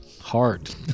hard